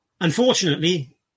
Unfortunately